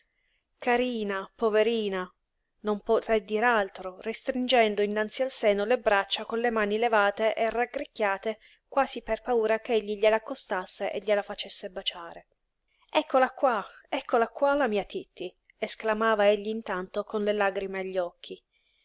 carina poverina non poté dir altro restringendo innanzi al seno le braccia con le mani levate e raggricchiate quasi per paura ch'egli gliel'accostasse e gliela facesse baciare eccola qua eccola qua la mia titti esclamava egli intanto con le lagrime agli occhi